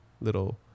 little